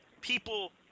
people